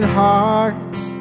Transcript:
hearts